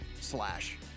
slash